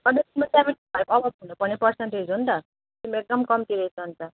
अन्त तिम्रो seventy five एभप हुनुपर्ने पर्सन्टेज हो नि त तिम्रो एकदम कम्ती रहेछ अन्त